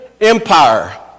empire